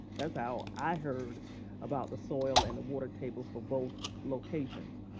that's how i heard about the soil and the water table for both locations.